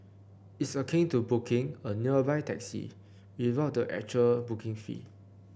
it's akin to 'booking' a nearby taxi without the actual booking fee